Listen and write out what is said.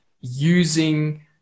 using